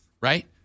right